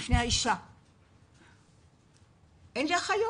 אבל אין לי אחיות,